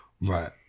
right